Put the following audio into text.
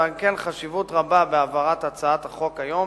ועל כן יש חשיבות רבה בהעברת הצעת החוק היום